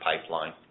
pipeline